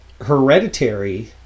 Hereditary